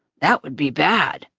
that would be bad.